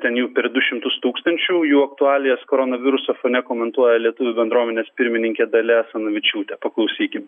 ten jų per du šimtus tūkstančių jų aktualijas koronaviruso fone komentuoja lietuvių bendruomenės pirmininkė dalia asanavičiūtė paklausykim